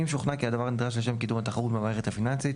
אם שוכנע כי הדבר נדרש לשם קידום התחרות במערכת הפיננסית